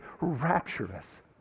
rapturous